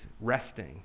resting